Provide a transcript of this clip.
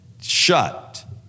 shut